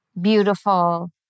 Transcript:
beautiful